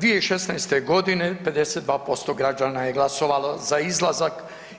2016.g. 52% građana je glasovalo za izlazak